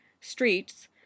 streets